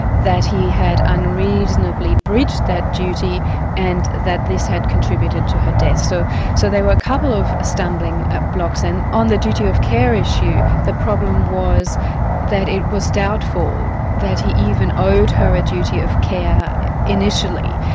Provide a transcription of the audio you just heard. that he had unreasonably breached that duty and that this had contributed to her death. so so there were a couple of stumbling blocks, and on the duty of care issue, the problem was that it was doubtful that he even owed her a duty of care initially.